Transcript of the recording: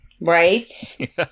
Right